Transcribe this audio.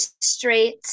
Straight